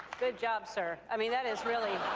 good job, sir. i mean, that is really,